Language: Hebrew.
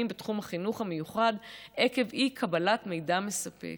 בתחום החינוך המיוחד עקב אי-קבלת מידע מספק,